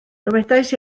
dywedais